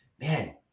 man